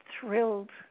thrilled